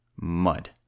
Mud